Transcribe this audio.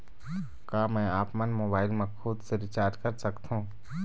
का मैं आपमन मोबाइल मा खुद से रिचार्ज कर सकथों?